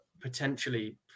potentially